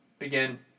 again